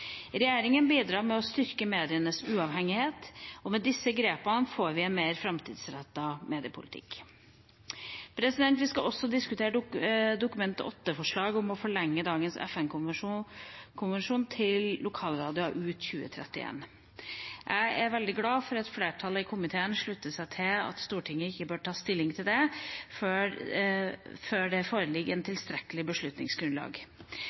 Regjeringen bidrar med å styrke medienes uavhengighet, og med disse grepene får vi en mer framtidsrettet mediepolitikk. Vi skal også diskutere et Dokument 8-forslag om å forlenge dagens FM-konsesjoner for lokalradio ut 2031. Jeg er veldig glad for at flertallet i komiteen slutter seg til at Stortinget ikke bør ta stilling til det før det foreligger et tilstrekkelig beslutningsgrunnlag.